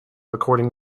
according